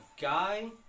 guy